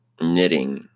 knitting